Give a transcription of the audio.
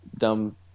dumb